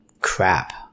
crap